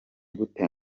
gute